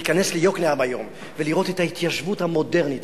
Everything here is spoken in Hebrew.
להיכנס היום ליוקנעם ולראות את ההתיישבות המודרנית